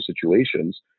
situations